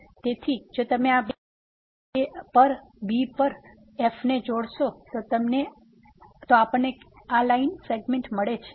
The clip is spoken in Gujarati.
તેથી જો તમે આ બે પોઈંટ a પર b પર f ને જોડશો તો આપણને આ લાઇન સેગમેન્ટ મળે છે